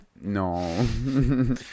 No